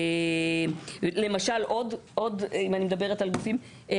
אם אני מדברת על גופים,